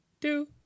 two